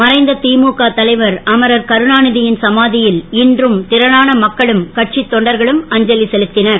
மறைந்த திமுக தலைவர் அமரர் கருணாநிதியின் சமாதியில் இன்றும் திரளான மக்களும் கட்சி தொண்டர்களும் அஞ்சலி செலுத்தினர்